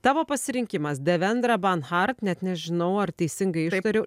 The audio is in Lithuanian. tavo pasirinkimas devendrabanhart net nežinau ar teisingai ištariu